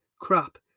crap